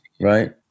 right